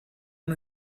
una